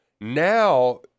Now